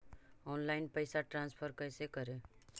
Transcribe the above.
Online पैसा transfer कैसे करे?